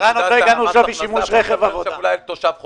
ולהכניס גם אולי שגם במקרה חירום תהיה הארכת מועדים,